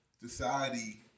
society